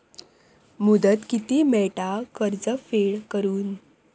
मुदत किती मेळता कर्ज फेड करून?